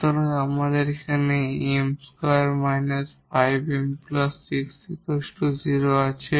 সুতরাং আমাদের এখানে 𝑚2 5𝑚 6 0 আছে